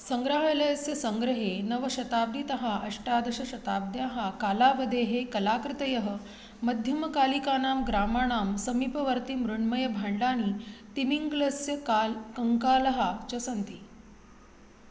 सङ्ग्रहालयस्य सङ्ग्रहे नवशताब्दितः अष्टादशशताब्द्याः कालावदेः कलाकृतयः मध्यमकालिकानां ग्रामाणां समीपवर्तिनं मृण्मयभाण्डानि तिमिङ्ग्लस्य कालः अङ्कालः च सन्ति